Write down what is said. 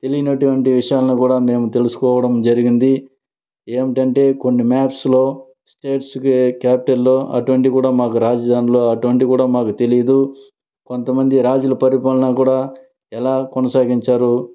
తెలినటువంటి విషయంలో కూడ నేను తెలుసుకోవడం జరిగింది ఏంటంటే కొన్ని మ్యాప్స్లో స్టేట్స్కి క్యాపిటల్ అటువంటివి మాకు రాజధానులు అటువంటివి కూడ మాకు తెలీదు కొంతమంది రాజుల పరిపాలన కూడ ఎలా కొనసాగించారు